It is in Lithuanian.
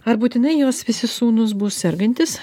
ar būtinai jos visi sūnūs bus sergantys